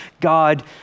God